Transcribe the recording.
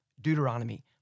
Deuteronomy